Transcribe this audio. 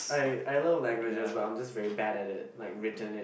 I I learn languages but I'm just very bad at it like written it